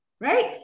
right